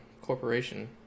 corporation